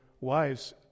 wives